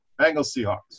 Bengals-Seahawks